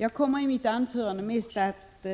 Jag kommer i mitt anförande mest att